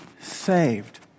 saved